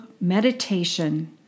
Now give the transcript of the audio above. meditation